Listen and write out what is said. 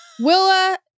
Willa